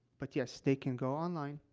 but yes, they can go online,